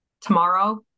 tomorrow